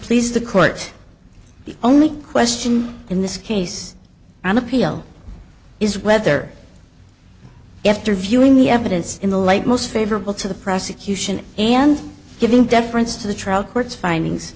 please the court the only question in this case on appeal is whether after viewing the evidence in the light most favorable to the prosecution and giving deference to the trial court's findings